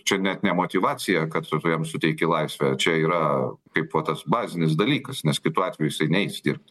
čia net ne motyvacija kad tu jam suteiki laisvę čia yra kaip va tas bazinis dalykas nes kitu atveju jisai neis dirbt